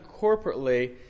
corporately